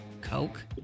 Coke